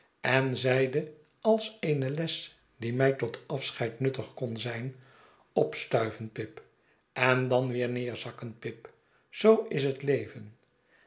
en zeide als eene les die mij tot afscheid nuttig kon zijn opstuiven pip en dan weer neerzakken pip zoo is het leven